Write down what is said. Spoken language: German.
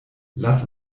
lass